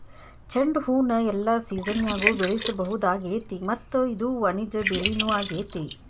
ಚಂಡುಹೂನ ಎಲ್ಲಾ ಸಿಜನ್ಯಾಗು ಬೆಳಿಸಬಹುದಾಗೇತಿ ಮತ್ತ ಇದು ವಾಣಿಜ್ಯ ಬೆಳಿನೂ ಆಗೇತಿ